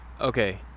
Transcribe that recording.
Okay